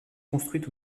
construite